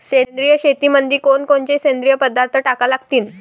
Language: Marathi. सेंद्रिय शेतीमंदी कोनकोनचे सेंद्रिय पदार्थ टाका लागतीन?